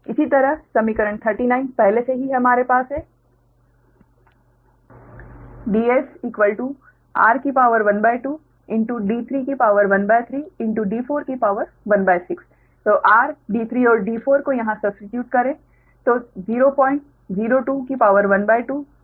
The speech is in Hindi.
इसी तरह समीकरण 39 पहले से ही हमारे पास है Ds12 1316 r d3 और d4 को यहाँ सब्स्टीट्यूट करें